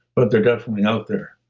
but they're definitely out there